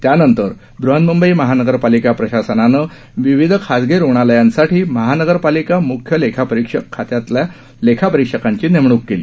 त्यानंतर बृहन्मुंबई महानगरपालिका प्रशासनाने विविध खासगी रुग्णालयांसाठी महानगरपालिका मुख्य लेखापरीक्षक खात्यातील लेखापरीक्षकांची नेमणूक केली